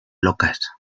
locas